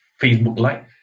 Facebook-like